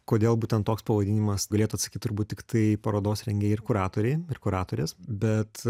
kodėl būtent toks pavadinimas galėtų atsakyt turbūt tiktai parodos rengėjai ir kuratoriai ir kuratorės bet